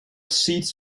seats